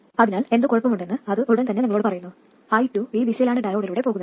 അതിനാൽ എന്തോ കുഴപ്പമുണ്ടെന്ന് ഇത് ഉടൻ തന്നെ നിങ്ങളോട് പറയുന്നു i2 ഈ ദിശയിലാണ് ഡയോഡിലൂടെ പോകുന്നത്